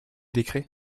décrets